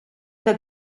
der